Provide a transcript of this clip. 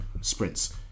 Sprints